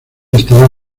estará